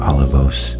Olivos